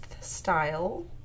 style